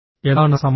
എന്താണ് സമ്മർദ്ദം